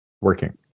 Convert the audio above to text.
working